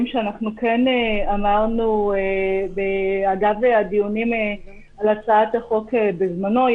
שאמרנו אגב הדיונים על הצעת החוק בזמנו.